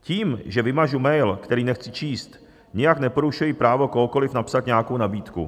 Tím, že vymažu mail, který nechci číst, nijak neporušuji právo kohokoliv napsat nějakou nabídku.